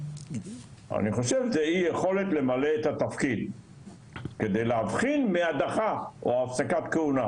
אני חושב זה היא יכולת למלא את התפקיד כדי להבחין מהדחה או הפסקת כהונה,